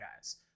guys